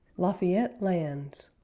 la fayette lands